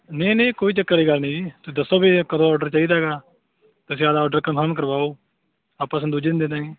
ਨਹੀਂ ਨਹੀਂ ਕੋਈ ਚੱਕਰ ਵਾਲੀ ਗੱਲ ਨਹੀਂ ਜੀ ਤੁਸੀਂ ਦੱਸੋ ਵੀ ਇਹ ਕਦੋਂ ਔਡਰ ਚਾਹੀਦਾ ਹੈਗਾ ਤੁਸੀਂ ਇਹ ਵਾਲਾ ਔਡਰ ਕਨਫਰਮ ਕਰਵਾਓ ਆਪਾਂ ਤੁਹਾਨੂੰ ਦੂਜੇ ਦਿਨ ਦੇ ਦੇਵਾਂਗੇ